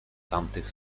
tamtych